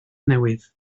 newydd